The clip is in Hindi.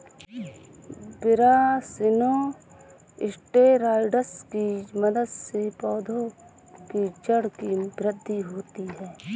ब्रासिनोस्टेरॉइड्स की मदद से पौधों की जड़ की वृद्धि होती है